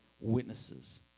witnesses